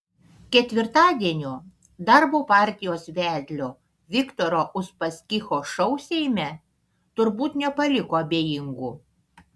ketvirtadienio darbo partijos vedlio viktoro uspaskicho šou seime turbūt nepaliko abejingų